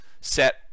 set